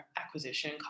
acquisition